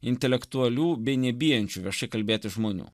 intelektualių bei nebijančių viešai kalbėti žmonių